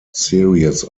series